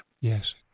yes